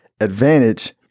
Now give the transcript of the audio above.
advantage